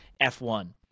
F1